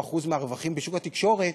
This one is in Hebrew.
שולטת ב-90% ומשהו מהרווחים בשוק התקשורת.